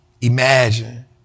Imagine